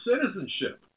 citizenship